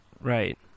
right